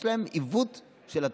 יש להם עיוות של התורה.